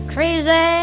Crazy